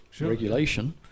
regulation